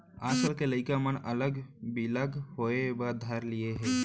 आजकाल के लइका मन अलग बिलग होय ल धर लिये हें